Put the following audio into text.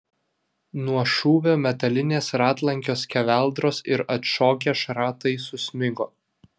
nuo šūvio metalinės ratlankio skeveldros ir atšokę šratai susmigo